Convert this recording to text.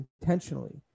intentionally